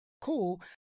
cool